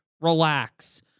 Relax